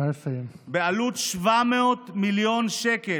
בעלות 700 מיליון שקל,